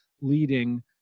leading